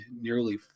nearly